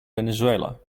venezuela